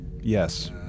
Yes